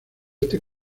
este